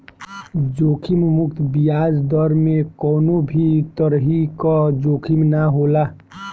जोखिम मुक्त बियाज दर में कवनो भी तरही कअ जोखिम ना होला